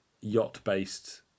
yacht-based